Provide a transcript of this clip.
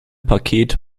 paket